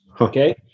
Okay